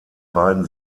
beiden